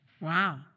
wow